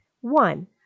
One